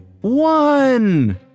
One